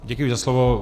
Děkuji za slovo.